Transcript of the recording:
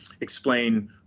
explain